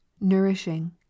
nourishing